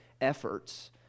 efforts